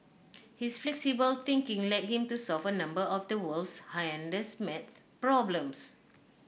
his flexible thinking led him to solve a number of the world's hardest maths problems